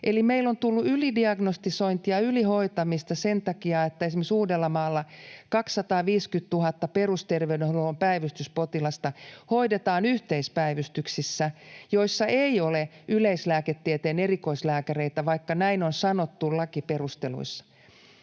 Eli meillä on tullut ylidiagnostisointia, ylihoitamista sen takia, että esimerkiksi Uudellamaalla 250 000 perusterveydenhuollon päivystyspotilasta hoidetaan yhteispäivystyksissä, joissa ei ole yleislääketieteen erikoislääkäreitä, vaikka näin on sanottu lakiperusteluissa.